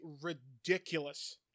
ridiculous